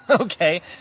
Okay